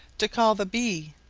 to call the bee,